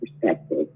perspective